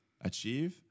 achieve